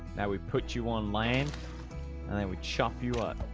now we put you on land and they would chop you up